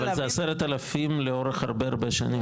זה 10 אלף לאורך הרבה מאוד שנים.